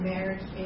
marriage